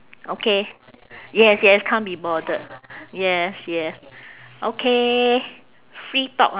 okay yes yes can't be bothered yes yes okay free talk